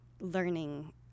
learning